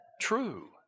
true